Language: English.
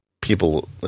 people